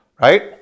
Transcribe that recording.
right